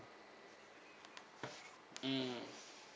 mm